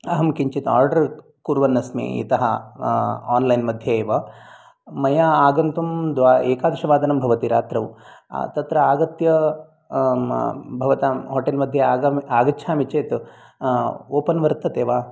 अहं किञ्चित् आर्डर् कुर्वन्नस्मि इतः आन्लैन् मध्ये एव मया आगन्तुम् एकादशवादनं भवति रात्रौ तत्र आगत्य भवतां होटेल् मध्ये आगच्छामि चेत् ओपेन् वर्तते वा